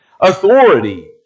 authority